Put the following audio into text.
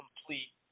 complete